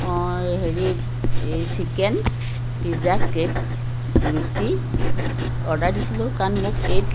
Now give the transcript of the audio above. মই হেৰি এই চিকেন পিজ্জা কেক ৰুটি অৰ্ডাৰ দিছিলোঁ কাৰণ মোক এই